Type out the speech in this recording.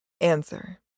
Answer